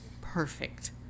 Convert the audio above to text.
perfect